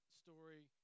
story